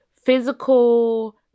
physical